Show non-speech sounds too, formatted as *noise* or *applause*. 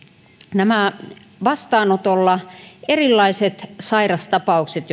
nämä erilaiset vastaanotolla esille tulleet sairaustapaukset *unintelligible*